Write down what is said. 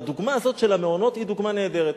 והדוגמה הזאת של המעונות היא דוגמה נהדרת.